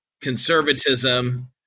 conservatism